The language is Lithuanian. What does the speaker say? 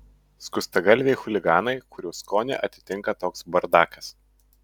skustagalviai chuliganai kurių skonį atitinka toks bardakas